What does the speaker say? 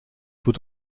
would